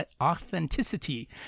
authenticity